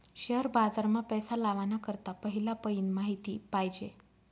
share बाजार मा पैसा लावाना करता पहिला पयीन माहिती पायजे